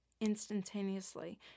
instantaneously